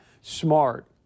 Smart